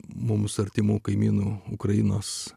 mums artimų kaimynų ukrainos